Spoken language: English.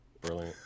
Brilliant